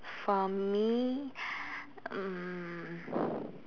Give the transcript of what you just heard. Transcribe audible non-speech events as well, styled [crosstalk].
for me um [breath]